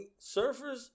Surfers